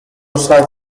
site